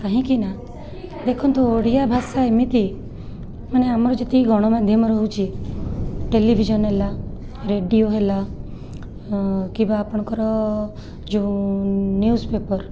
କାହିଁକିନା ଦେଖନ୍ତୁ ଓଡ଼ିଆଭାଷା ଏମିତି ମାନେ ଆମର ଯେତିକି ଗଣମାଧ୍ୟମ ରହୁଛି ଟେଲିଭିଜନ ହେଲା ରେଡ଼ିଓ ହେଲା କିବା ଆପଣଙ୍କର ଯେଉଁ ନିଉଜ୍ ପେପର୍